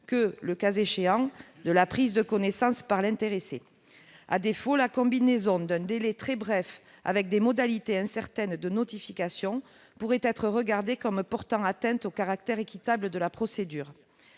que, le cas échéant, de la prise de connaissance par l'intéressé. À défaut, la combinaison d'un délai très bref avec des modalités incertaines de notification pourrait être regardée comme portant atteinte au caractère équitable de la procédure.